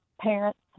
parents